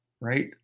right